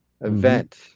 event